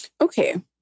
Okay